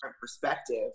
perspective